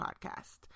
podcast